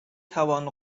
توان